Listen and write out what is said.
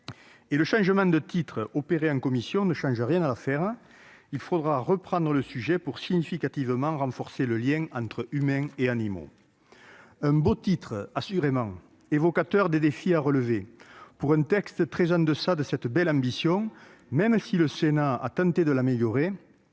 Le changement de titre opéré en commission ne change rien à l'affaire ; il faudra reprendre le sujet pour significativement « renforcer les liens entre humains et animaux ». Un beau titre, assurément, évocateur des défis à relever, mais pour un texte très en deçà de cette belle ambition, même si le Sénat a tenté de l'améliorer,